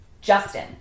Justin